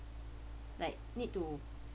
like need to